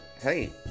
hey